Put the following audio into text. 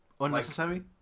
Unnecessary